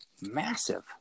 massive